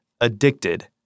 addicted